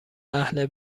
اهل